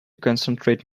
concentrate